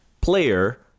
player